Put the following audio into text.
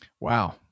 Wow